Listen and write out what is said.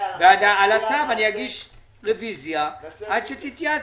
על הצו אני אגיש רוויזיה עד שתתייעצי.